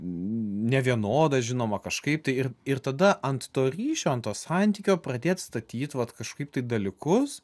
nevienodą žinoma kažkaip tai ir ir tada ant to ryšio ant to santykio pradėt statyt vat kažkaip tai dalykus